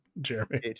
Jeremy